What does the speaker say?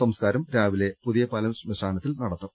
സംസ്കാരം രാവിലെ പുതിയപാലം ശ്മശാനത്തിൽ നടക്കും